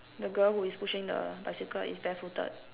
the girl who is pushing the bicycle is bare footed